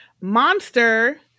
Monster